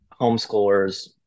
homeschoolers